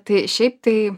tai šiaip tai